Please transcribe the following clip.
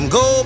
go